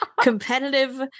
competitive